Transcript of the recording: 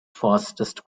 fastest